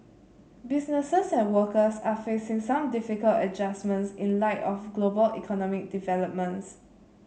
businesses and workers are facing some difficult adjustments in light of global economic developments